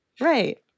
right